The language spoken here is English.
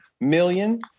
million